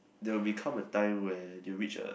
there will be come a time where they will reach a